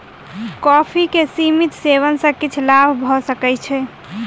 coffee के सीमित सेवन सॅ किछ लाभ भ सकै छै